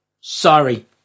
Sorry